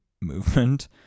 movement